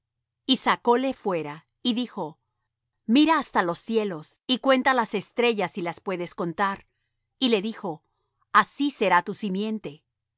y sacóle fuera y dijo mira ahora á los cielos y cuenta las estrellas si las puedes contar y le dijo así será tu simiente